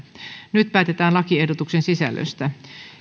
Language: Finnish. nyt päätetään lakiehdotuksen sisällöstä